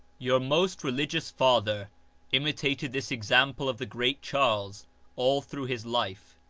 your most religious father imitated this example of the great charles all through his life,